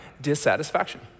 dissatisfaction